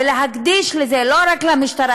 לא רק המשטרה,